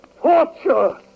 torture